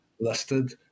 listed